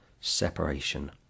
Separation